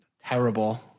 terrible